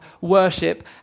worship